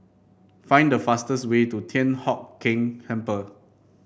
find the fastest way to Thian Hock Keng Temple